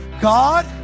God